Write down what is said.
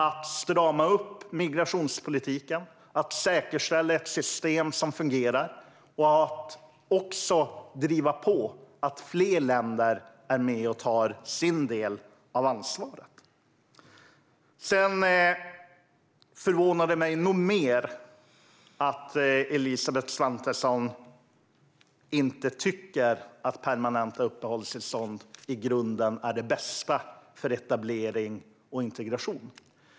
Vi stramar upp migrationspolitiken, vi säkerställer ett system som fungerar och vi driver också på för att fler länder är med och tar sin del av ansvaret. Sedan förvånar det mig nog mer att Elisabeth Svantesson inte tycker att permanenta uppehållstillstånd i grunden är det bästa för etablering och integration.